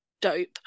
dope